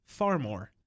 Farmore